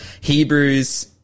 Hebrews